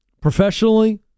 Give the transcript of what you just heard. professionally